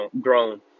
grown